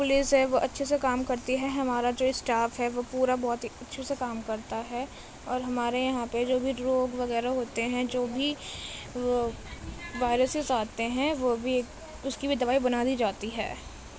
police ہے وہ اچھے سے کام کرتی ہے ہمارا جو اسٹاف ہے وہ پورا بہت ہی اچھے سے کام کرتا ہے اور ہمارے یہاں پہ جو بھی ڈراپ وغیرہ ہوتے ہیں جو بھی وائرسس آتے ہیں وہ بھی اس کی بھی دوائی بنا دی جاتی ہے